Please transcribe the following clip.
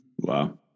Wow